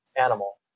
animal